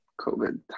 COVID